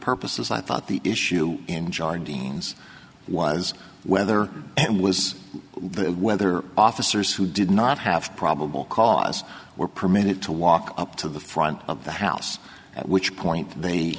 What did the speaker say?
purposes i thought the issue in john dean's was whether and was whether officers who did not have probable cause were permitted to walk up to the front of the house at which point the